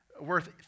worth